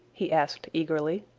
he asked eagerly.